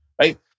right